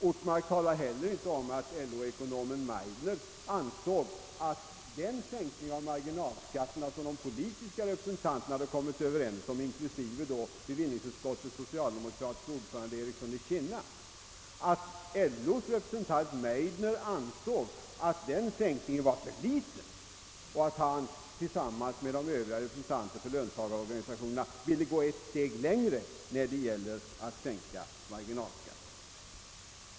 Ortmark talar heller inte om att LO-ekonomen Rudolf Meidner ansåg att den sänkning av marginalskatten, som de politiska representanterna inklusive bevillningsutskottets ordförande John Ericsson i Kinna hade kommit överens om, var för liten och att han tillsammans med de övriga representanterna för löntagarorganisationerna ville gå ett steg längre för att sänka marginalskatten.